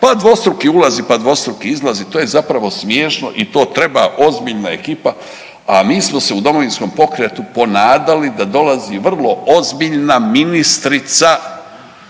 pa dvostruki ulazi, pa dvostruki izlazi to je zapravo smiješno i to treba ozbiljna ekipa, a mi smo se u Domovinskom pokretu ponadali da dolazi vrlo ozbiljna ministrica